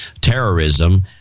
terrorism